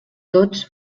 tots